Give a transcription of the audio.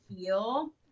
feel